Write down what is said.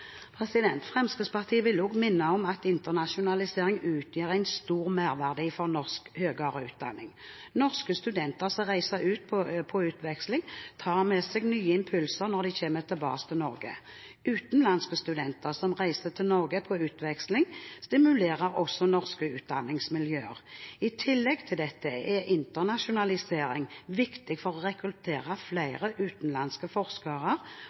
Fremskrittspartiet vil også minne om at internasjonalisering utgjør en stor merverdi for norsk høyere utdanning. Norske studenter som reiser ut på utveksling, tar med seg nye impulser når de kommer tilbake til Norge. Utenlandske studenter som reiser til Norge på utveksling, stimulerer også norske utdanningsmiljøer. I tillegg til dette er internasjonalisering viktig for å rekruttere flere utenlandske forskere